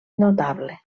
notable